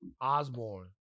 Osborne